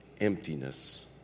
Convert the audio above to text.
emptiness